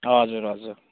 हजुर हजुर